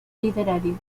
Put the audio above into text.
literarios